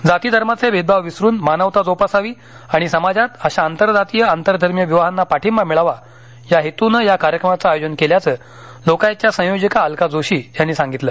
जाती धर्माचे भेदभाव विसरून मानवता जोपासावी आणि समाजात अशा आंतरजातीय आंतरधर्मीय विवाहांना पाठींबा मिळावा या हेतूनं या कार्यक्रमाचं आयोजन केल्याचं लोकायतच्या संयोजिका अलका जोशी यांनी सांगितलं